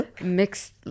Mixed